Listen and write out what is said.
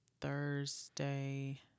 Thursday